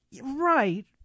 right